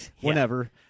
whenever